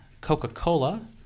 Coca-Cola